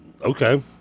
Okay